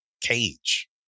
cage